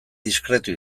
diskretu